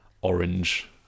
orange